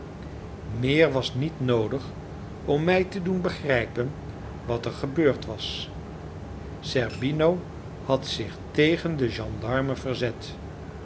meer was niet noodig om mij te doen begrijpen wat er gebeurd was zerbino had zich tegen den gendarme verzet